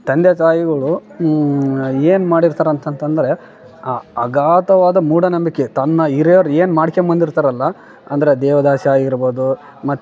ತಂದೆ ತಾಯಿಗಳು ಏನು ಮಾಡಿರ್ತಾರೆ ಅಂತಂತಂದರೆ ಅಗಾಧವಾದ ಮೂಢ ನಂಬಿಕೆ ತನ್ನ ಹಿರಿಯರ್ ಏನು ಮಾಡ್ಕೊಂಬಂದಿರ್ತಾರಲ್ಲ ಅಂದರೆ ದೇವದಾಸಿ ಆಗಿರ್ಬೋದು ಮತ್ತು